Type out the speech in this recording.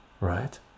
right